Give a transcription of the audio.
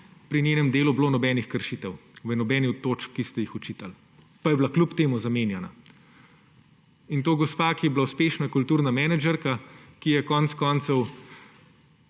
pri njenem delu ni bilo nobenih kršitev v nobenih od točk, ki ste ji jih očitali – pa je bila kljub temu zamenjana. In to gospa, ki je bila uspešna kulturna menedžerka, ki je konec koncev